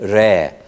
rare